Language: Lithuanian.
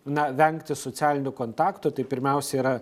na vengti socialinių kontaktų tai pirmiausia yra